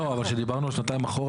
כשדיברנו על שנתיים אחורה